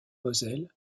moselle